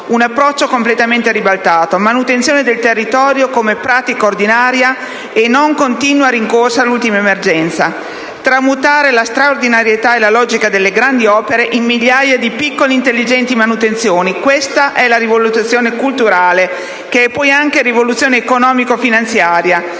un approccio completamente ribaltato: manutenzione del territorio come pratica ordinaria e non continua rincorsa all'ultima emergenza; tramutare la straordinarietà e la logica delle grandi opere in migliaia di piccole intelligenti manutenzioni, questa è la rivoluzione culturale che è poi anche rivoluzione economico-finanziaria: